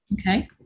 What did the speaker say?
Okay